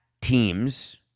teams